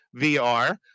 VR